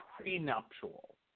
prenuptial